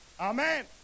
amen